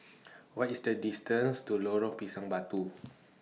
What IS The distance to Lorong Pisang Batu